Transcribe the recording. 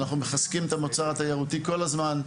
אנחנו מחזקים ומכוונים את המוצר התיירותי כל הזמן,